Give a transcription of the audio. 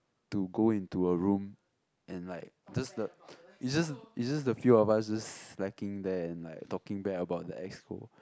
to go into a room and like just the is just is just the few of us just slacking there and like talking bad about the exco